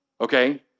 Okay